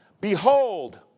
Behold